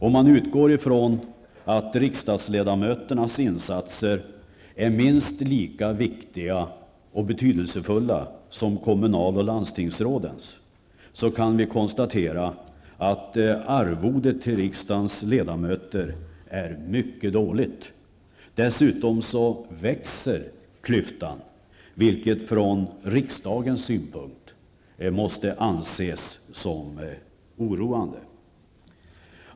Om man utgår ifrån att riksdagsledamöternas insatser är minst lika viktiga och betydelsefulla som kommunal och landstingsrådens, kan vi konstatera att arvodet till riksdagens ledamöter är mycket dåligt. Dessutom växer klyftan, vilket från riksdagens synpunkt måste anse som oroande.